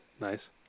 nice